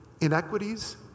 inequities